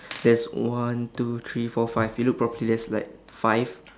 there's one two three four five you look properly there's like five